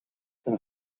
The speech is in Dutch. een